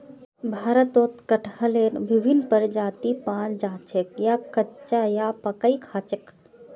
भारतत कटहलेर विभिन्न प्रजाति पाल जा छेक याक कच्चा या पकइ खा छेक